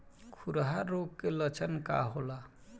खुरहा रोग के लक्षण का होला?